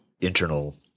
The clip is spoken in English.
internal